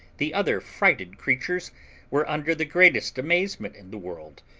the other frighted creatures were under the greatest amazement in the world,